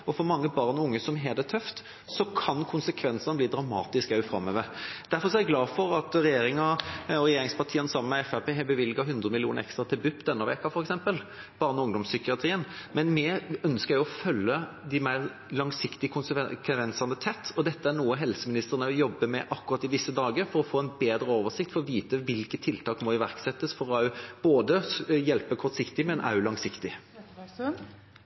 For mange barn og unge som har det tøft, kan konsekvensene bli dramatiske også framover. Derfor er jeg glad for at regjeringa og regjeringspartiene sammen med Fremskrittspartiet har bevilget 100 mill. kr ekstra til BUP denne uken, f.eks. – barne- og ungdomspsykiatrien – men vi ønsker også å følge de mer langsiktige konsekvensene tett. Dette er noe helseministeren også jobber med akkurat i disse dager for å få en bedre oversikt, for å vite hvilke tiltak som må iverksettes for å hjelpe kortsiktig, men